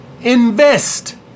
Invest